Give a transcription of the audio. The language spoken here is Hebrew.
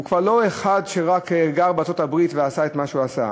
הוא כבר לא אחד שרק גר בארצות-הברית ועשה את מה שהוא עשה.